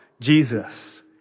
Jesus